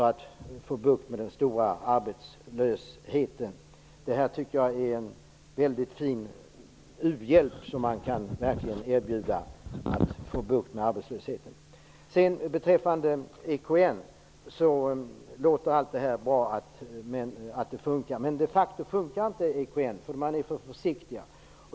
Jag tycker att detta är mycket fin u-hjälp som man kan erbjuda för att få bukt med den stora arbetslösheten. Det låter bra att EKN funkar. Men de facto funkar inte EKN. Man är för försiktig.